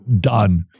done